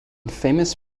famous